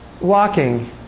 walking